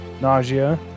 nausea